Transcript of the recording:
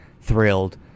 thrilled